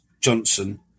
Johnson